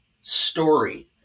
story